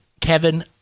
Kevin